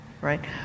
right